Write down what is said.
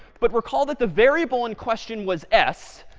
but recall that the variable in question was s.